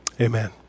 Amen